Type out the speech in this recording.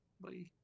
Bye